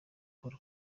paul